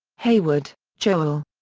hayward, joel.